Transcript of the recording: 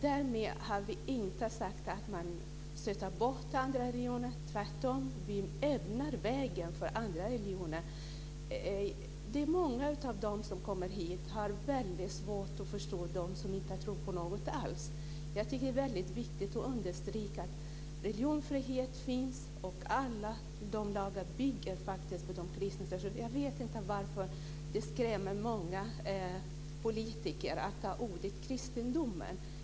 Därmed har vi inte sagt att man stöter bort andra religioner. Tvärtom. Vi öppnar vägen för andra religioner. Många av de människor som kommer hit har väldigt svårt att förstå dem som inte tror på något alls. Det är väldigt viktigt att understryka att religionsfrihet finns och att alla lagar bygger på de kristna traditionerna. Jag vet inte varför det skrämmer många politiker att använda ordet kristendomen.